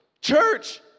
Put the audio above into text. church